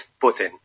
Putin